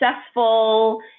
successful